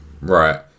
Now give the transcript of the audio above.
Right